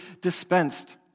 dispensed